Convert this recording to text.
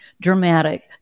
dramatic